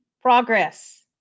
progress